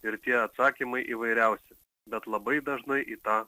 ir tie atsakymai įvairiausi bet labai dažnai į tą